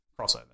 crossover